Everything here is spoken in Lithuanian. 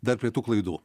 dar prie tų klaidų